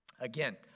Again